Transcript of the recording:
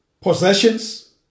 possessions